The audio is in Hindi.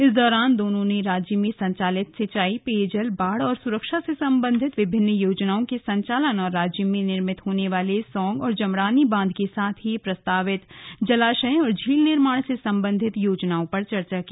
इस दौरान दोनों ने राज्य में संचालित सिंचाई पेयजल बाढ़ सुरक्षा से सम्बन्धित विभिन्न योजनाओं के संचालन और राज्य में निर्मित होने वाले सौंग और जमरानी बांध के साथ ही प्रस्तावित जलाशय झील निर्माण से संबंधित योजनाओं पर चर्चा की